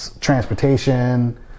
Transportation